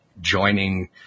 joining